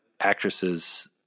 actresses